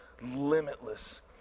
limitless